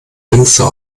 fenster